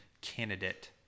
candidate